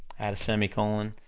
add a semicolon,